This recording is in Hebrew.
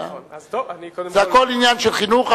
זה הכול עניין של חינוך.